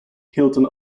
hilton